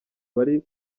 bari